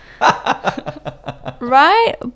right